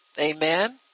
Amen